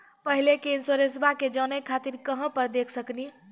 पहले के इंश्योरेंसबा के जाने खातिर कहां पर देख सकनी?